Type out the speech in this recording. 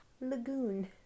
lagoon